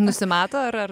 nusimato ar ar